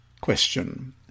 Question